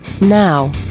now